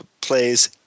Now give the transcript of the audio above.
plays